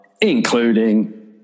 including